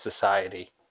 society